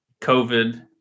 covid